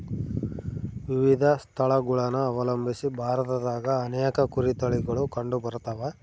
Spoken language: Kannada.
ವಿವಿಧ ಸ್ಥಳಗುಳನ ಅವಲಂಬಿಸಿ ಭಾರತದಾಗ ಅನೇಕ ಕುರಿ ತಳಿಗುಳು ಕಂಡುಬರತವ